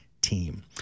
team